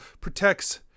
protects